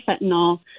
fentanyl